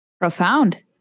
Profound